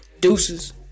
deuces